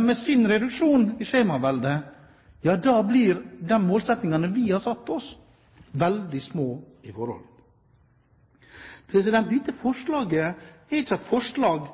med sin reduksjon i skjemaveldet – blir de målsettingene vi har satt oss, veldig små i forhold. Dette